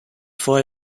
for